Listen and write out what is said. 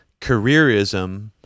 careerism